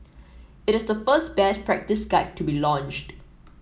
it is the first best practice guide to be launched